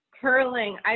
Curling